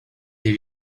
les